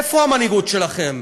איפה המנהיגות שלכם?